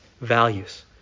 values